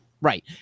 Right